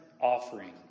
offering